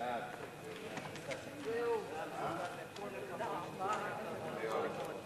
הצעת חוק חינוך ממלכתי